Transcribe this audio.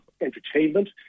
entertainment